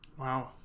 Wow